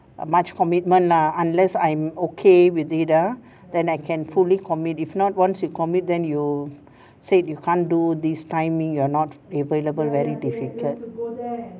err much commitment lah unless I'm okay with it ah then I can fully commit if not once you commit then you say you can't do this timing you are not available very difficult